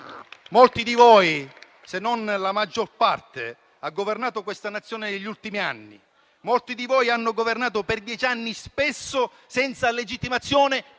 molti di voi, se non la maggior parte, hanno governato questa Nazione negli ultimi anni. Molti di voi hanno governato per dieci anni spesso senza legittimazione